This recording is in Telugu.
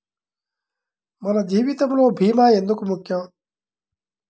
మన జీవితములో భీమా ఎందుకు ముఖ్యం?